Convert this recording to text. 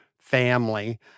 family